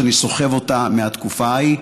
שאני סוחב אותה מהתקופה ההיא.